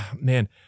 man